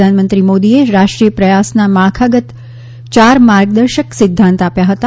પ્રધાનમંત્રી મોદીએ રાષ્ટ્રીય પ્રયાસના માળખાગતન ચાર માર્ગદર્શક સિધ્ધાંત આપ્યા હતા